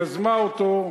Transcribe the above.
יזמה אותו,